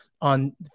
on